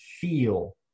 feel